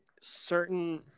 certain